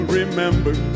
remember